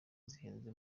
zihenze